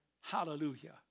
Hallelujah